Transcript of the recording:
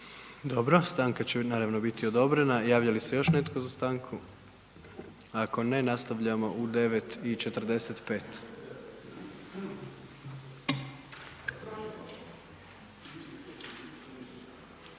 Dobro, stanka će naravno biti odobrena. Javlja li se još netko za stanku? Ako ne, nastavljamo u 9 i 45.